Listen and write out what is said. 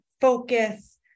focus